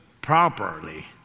properly